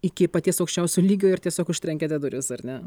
iki paties aukščiausio lygio ir tiesiog užtrenkiate duris ar ne